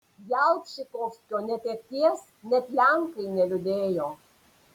jalbžykovskio netekties net lenkai neliūdėjo